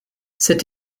cet